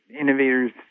innovators